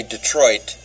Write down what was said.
Detroit